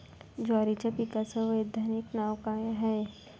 जवारीच्या पिकाचं वैधानिक नाव का हाये?